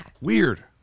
Weird